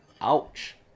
ouch